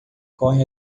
corre